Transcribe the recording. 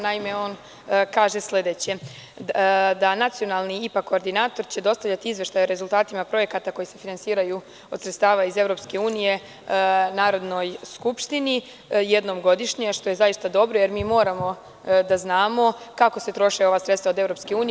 Naime, on kaže sledeće; „Nacionalni IPA koordinator će dostavljati izveštaje o rezultatima projekata koji se finansiraju od sredstava iz EU Narodnoj skupštini jednom godišnje“, što je zaista dobro, jer mi moramo da znamo kako se troše ova sredstva od EU.